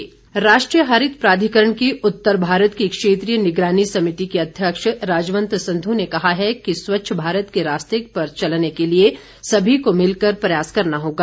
स्वच्छ भारत राष्ट्रीय हरित प्राधिकरण की उत्तर भारत की क्षेत्रीय निगरानी समिति की अध्यक्ष राजवंत संध्र ने कहा है कि स्वच्छ भारत के रास्ते पर चलने के लिए सभी को मिलकर प्रयास करना होगा